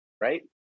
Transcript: Right